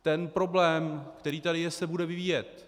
Ten problém, který tady je, se bude vyvíjet.